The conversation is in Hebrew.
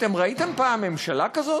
אתם ראיתם פעם ממשלה כזאת?